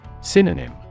Synonym